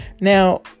now